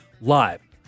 live